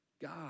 God